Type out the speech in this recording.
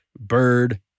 bird